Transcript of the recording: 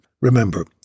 Remember